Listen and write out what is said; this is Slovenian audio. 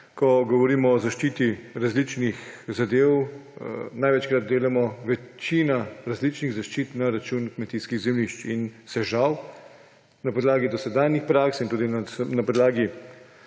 ko govorimo o zaščiti različnih zadev, največkrat delamo večino različnih zaščit na račun kmetijskih zemljišč in se žal na podlagi dosedanjih praks in tudi na podlagi